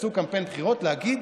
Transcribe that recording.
שעשו קמפיין בחירות, להגיד: